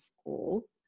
school